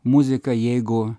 muzika jeigu